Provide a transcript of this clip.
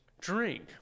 drink